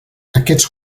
aquests